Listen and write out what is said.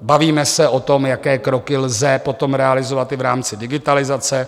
Bavíme se o tom, jaké kroky lze potom realizovat i v rámci digitalizace.